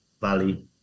Valley